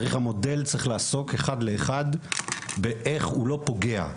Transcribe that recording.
המודל צריך לעסוק אחד לאחד באייך הוא לא פוגע,